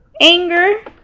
anger